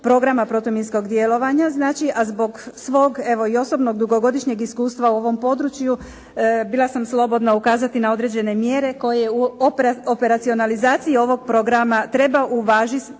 programa protuminskog djelovanja znači, a zbog svog evo i osobno dugogodišnjeg iskustva u ovom području bila sam slobodna ukazati na određene mjere koje u operacionalizaciji ovog programa treba uvažiti,